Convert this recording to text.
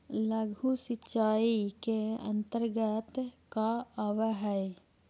लघु सिंचाई के अंतर्गत का आव हइ?